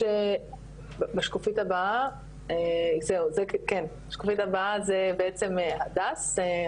השקופית הבאה היא בעצם של הדס.